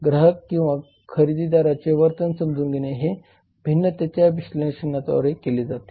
ग्राहक किंवा खरेदीदाराचे वर्तन समजून घेणे हे भिन्नतेच्या विश्लेषणाद्वारे केले जाते